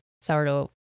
sourdough